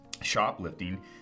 shoplifting